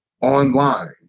online